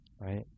right